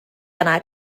yna